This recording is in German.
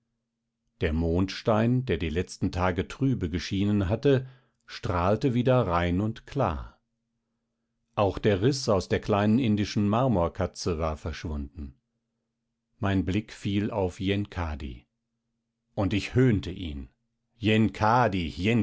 der mondstein der die letzten tage trübe geschienen hatte strahlte wieder rein und klar auch der riß aus der kleinen indischen marmorkatze war verschwunden mein blick fiel auf yenkadi und ich höhnte ihn